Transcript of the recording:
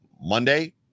Monday